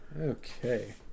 Okay